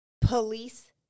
Police